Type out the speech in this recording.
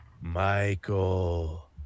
michael